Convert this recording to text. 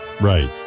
Right